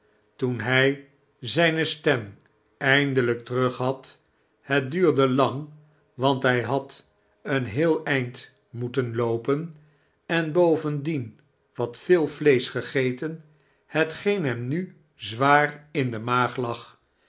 toen hij zijne stem eindelijk terug had het duurde lang want hij had een heel eind moeten loopen en bovendien wat veel vleescli gegeten hetgeen hem mi zwaar in de maag lag